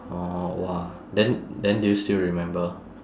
oh !wah! then then do you still remember